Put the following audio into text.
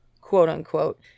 quote-unquote